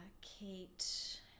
Kate